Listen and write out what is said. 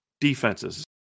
defenses